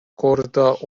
korda